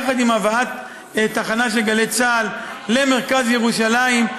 יחד עם הבאת תחנת גלי צה"ל למרכז ירושלים,